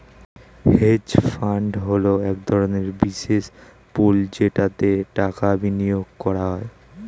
hedge fund হলো এক ধরনের বিশেষ পুল যেটাতে টাকা বিনিয়োগ করা হয়